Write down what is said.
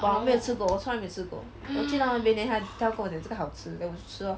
but 我没有吃过我从来没有吃过我去到那边 then then 他就跟我讲这个好吃 then 我就吃 lor